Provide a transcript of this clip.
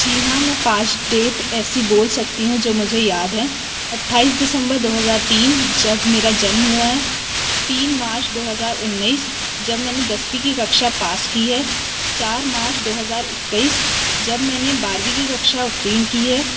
जी हाँ मैं पाँच डेट ऐसी बोल सकती हूँ जो मुझे याद है अट्ठाईस दिसम्बर दो हजार तीन जब मेरा जन्म हुआ है तीन मार्च दो हजार उन्नईस जब मैंने दसवीं की कक्षा पास की है चार मार्च दो हजार इक्कईस जब मैंने बारवीं की कक्षा उत्तीर्ण की है